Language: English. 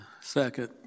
Second